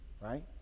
right